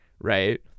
right